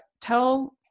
tell